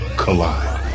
collide